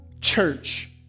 church